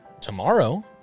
tomorrow